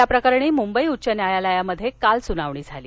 या प्रकरणी मुंबई उच्च न्यायालयात काल सुनावणी झाली